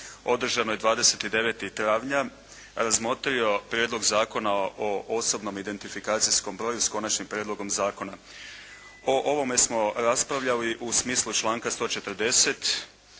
održanoj 29. travnja, razmotrio Prijedlog zakona o osobnom identifikacijskom broju sa Konačnim prijedlogom zakona. O ovome smo raspravljali u smislu članka 140.